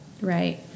right